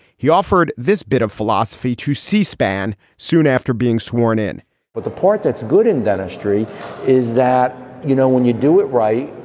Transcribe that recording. he offered this bit of philosophy to c-span soon after being sworn in but the part that's good in dentistry is that, you know, when you do it right.